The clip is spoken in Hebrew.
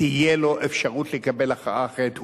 תהיה לו אפשרות לקבל הכרעה אחרת,